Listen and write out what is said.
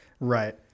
Right